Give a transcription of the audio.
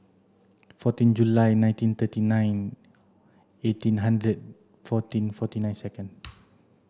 fourteen July nineteen thirty nine eighteen hundred fourteen forty nine second